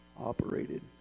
operated